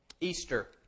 Easter